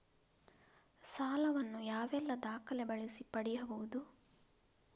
ಸಾಲ ವನ್ನು ಯಾವೆಲ್ಲ ದಾಖಲೆ ಬಳಸಿ ಪಡೆಯಬಹುದು?